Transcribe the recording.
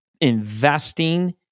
investing